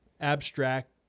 abstract